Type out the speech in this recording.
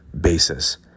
basis